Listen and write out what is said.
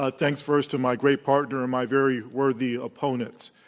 but thanks first to my great partner and my very worthy opponents.